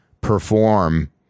Perform